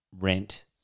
rent